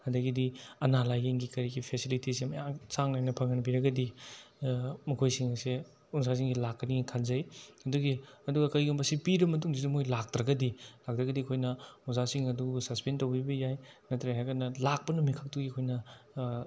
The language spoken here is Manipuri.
ꯑꯗꯒꯤꯗꯤ ꯑꯅꯥ ꯂꯥꯏꯌꯦꯡꯒꯤ ꯀꯔꯤꯒꯤ ꯐꯦꯁꯤꯂꯤꯇꯤꯁꯦ ꯃꯌꯥꯝ ꯆꯥꯡ ꯅꯥꯏꯅ ꯐꯪꯍꯟꯕꯤꯔꯒꯗꯤ ꯃꯈꯣꯏꯁꯤꯡ ꯑꯁꯦ ꯑꯣꯖꯥꯁꯤꯡꯁꯤ ꯂꯥꯛꯀꯅꯤ ꯈꯟꯖꯩ ꯑꯗꯨꯒꯤ ꯑꯗꯨꯒ ꯀꯔꯤꯒꯨꯝꯕ ꯁꯤ ꯄꯤꯔ ꯃꯇꯨꯡꯁꯤꯗ ꯃꯣꯏ ꯂꯥꯛꯇ꯭ꯔꯒꯗꯤ ꯂꯥꯛꯇ꯭ꯔꯒꯗꯤ ꯑꯩꯈꯣꯏꯅ ꯑꯣꯖꯥꯁꯤꯡ ꯑꯗꯨ ꯁꯁꯄꯦꯟ ꯇꯧꯕꯤꯕ ꯌꯥꯏ ꯅꯠꯇ꯭ꯔꯦ ꯍꯥꯏꯔꯒꯅ ꯂꯥꯛꯄ ꯅꯨꯃꯤꯠ ꯈꯛꯇꯨꯒꯤ ꯑꯩꯈꯣꯏꯅ